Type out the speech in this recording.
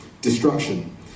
destruction